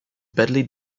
badly